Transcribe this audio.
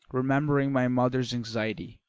remembering my mother's anxiety,